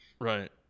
Right